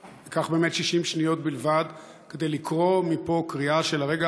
אני אקח באמת 60 שניות בלבד כדי לקרוא מפה קריאה של הרגע